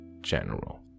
general